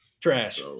trash